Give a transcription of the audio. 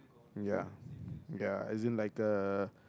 ya ya as in like a